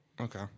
Okay